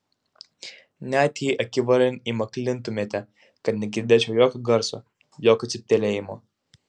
net jei akivaran įmaklintumėte kad negirdėčiau jokio garso jokio cyptelėjimo